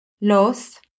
Los